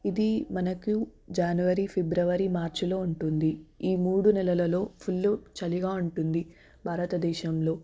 ఇది మనకు జనవరి ఫిబ్రవరి మార్చ్లో ఉంటుంది ఈ మూడు నెలలలో ఫుల్ చలిగా ఉంటుంది భారతదేశంలో